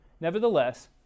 Nevertheless